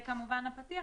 וכמובן הפתיח.